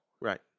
Right